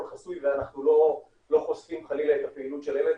חסוי ואנחנו לא חושפים חלילה את הפעילות של הילד,